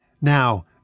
Now